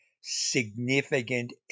significant